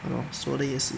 说的也是